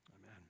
Amen